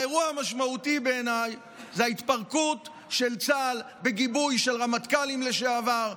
האירוע המשמעותי בעיניי הוא ההתפרקות של צה"ל בגיבוי של רמטכ"לים לשעבר,